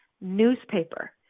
newspaper